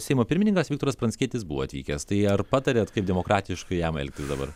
seimo pirmininkas viktoras pranckietis buvo atvykęs tai ar patariat kaip demokratiškai jam elgtis dabar